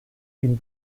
ihm